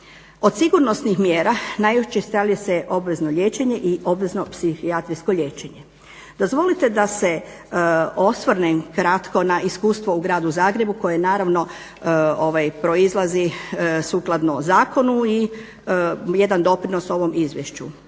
Od sigurnosnih mjera najučestalije su obvezno liječenje i obvezno psihijatrijsko liječene. Dozvolite da se osvrnem kratko na iskustvo u Gradu Zagrebu koje je naravno proizlazi sukladno zakonu i jedan doprinos ovom izvješću.